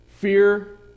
Fear